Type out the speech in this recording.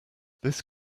this